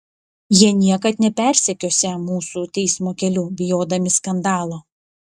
jie niekad nepersekiosią mūsų teismo keliu bijodami skandalo